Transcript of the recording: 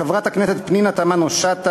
לחברת הכנסת פנינה תמנו-שטה,